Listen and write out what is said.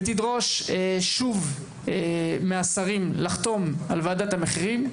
ותדרוש שוב מהשרים לחתום על וועדת המחירים.